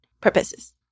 purposes